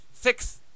Six